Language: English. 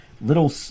little